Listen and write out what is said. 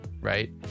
right